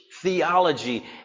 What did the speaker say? theology